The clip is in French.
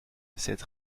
cette